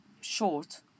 short